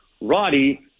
Roddy